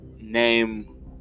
name